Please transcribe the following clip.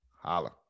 Holla